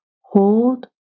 hold